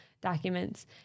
documents